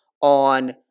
on